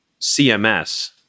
CMS